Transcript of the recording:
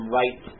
right